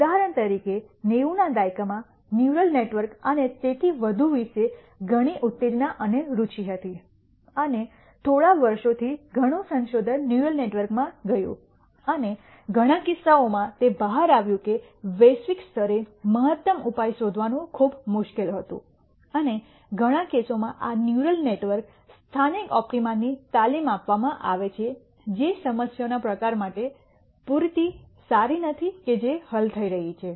ઉદાહરણ તરીકે 90 ના દાયકામાં ન્યુરલ નેટવર્ક અને તેથી વધુ વિશે ઘણા ઉત્તેજના અને રુચિ હતી અને થોડા વર્ષોથી ઘણું સંશોધન ન્યુરલ નેટવર્કમાં ગયું અને ઘણા કિસ્સાઓમાં તે બહાર આવ્યું કે વૈશ્વિક સ્તરે મહત્તમ ઉપાય શોધવાનું ખૂબ મુશ્કેલ હતું અને ઘણા કેસોમાં આ ન્યુરલ નેટવર્ક સ્થાનિક ઓપ્ટિમા ની તાલીમ આપવામાં આવે છે જે સમસ્યાઓના પ્રકાર માટે પૂરતી સારી નથી કે જે હલ થઈ રહી છે